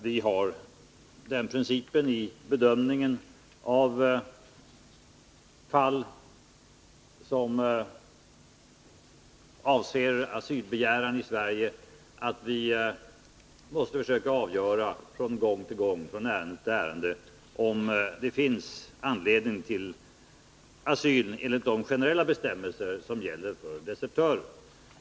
Vi har den principen i bedömningen av fall som avser asylbegäran i Sverige att vi måste försöka avgöra från gång till gång, från ärende till ärende, om det finns anledning till asyl enligt de generella bestämmelser som gäller för desertörer.